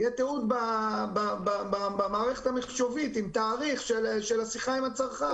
יהיה תיעוד במערכת המחשובית עם תאריך של השיחה עם הצרכן.